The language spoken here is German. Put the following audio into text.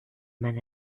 meine